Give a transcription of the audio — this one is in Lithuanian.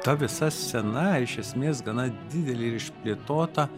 ta visa scena iš esmės gana didelė ir išplėtota